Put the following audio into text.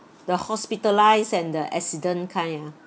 the hospitalise and the accident kind ah